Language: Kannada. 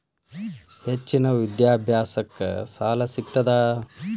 ಹೆಚ್ಚಿನ ವಿದ್ಯಾಭ್ಯಾಸಕ್ಕ ಸಾಲಾ ಸಿಗ್ತದಾ?